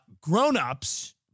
grownups